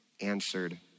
answered